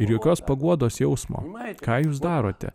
ir jokios paguodos jausmą ką jūs darote